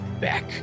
back